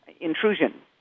intrusion